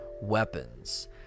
weapons